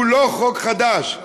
הוא לא חוק חדש,